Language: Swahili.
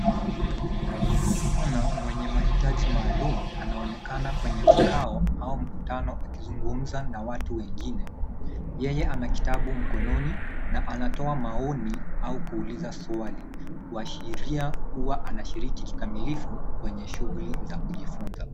Kijana mwenye mahitaji maalum anaonekana kwenye kikao au mkutano akizungumza na watu wengine. Yeye anakitabu mkononi na anatoa maoni au kuuliza swali kuashiria kuwa anashughulika kikamilifu kwenye shughuli kujifunza.